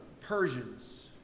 Persians